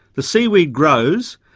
the seaweed grows,